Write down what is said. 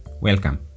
welcome